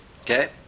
Okay